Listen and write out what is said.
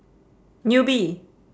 newbie